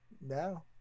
no